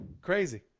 Crazy